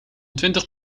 twintig